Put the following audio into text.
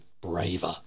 braver